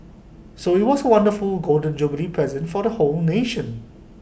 so IT was A wonderful Golden Jubilee present for the whole nation